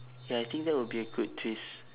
ya I think that will be a good twist